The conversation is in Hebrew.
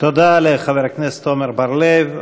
תודה לחבר הכנסת עמר בר-לב.